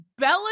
Belichick